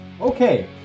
Okay